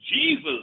Jesus